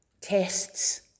tests